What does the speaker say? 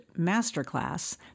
Masterclass